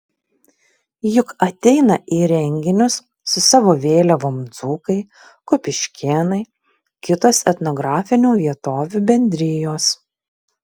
juk ateina į renginius su savo vėliavom dzūkai kupiškėnai kitos etnografinių vietovių bendrijos